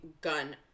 gun